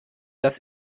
dass